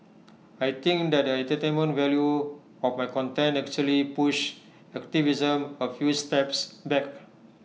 I think that the entertainment value of my content actually pushed activism A few steps back